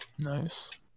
Nice